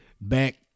back